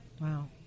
Wow